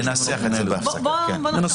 ננסח את זה בהפסקה.